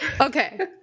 Okay